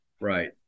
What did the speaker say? Right